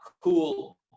cool